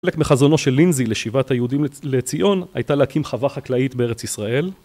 חלק מחזונו של לינזי לשיבת היהודים לציון הייתה להקים חווה חקלאית בארץ ישראל